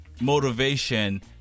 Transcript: motivation